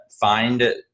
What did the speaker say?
find